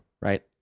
right